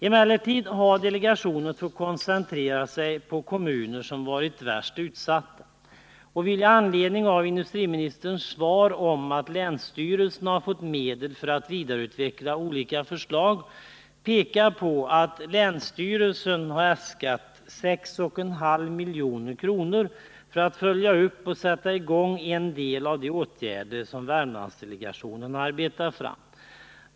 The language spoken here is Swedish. Emellertid har delegationen koncentrerat sig på de kommuner som har varit värst utsatta. Med anledning av industriministerns svar att länsstyrelsen fått medel att vidareutveckla olika förslag vill den peka på att länsstyrelsen äskat 6,5 milj.kr. för att följa upp och vidta en del av de åtgärder som Värmlandsdelegationen arbetar fram.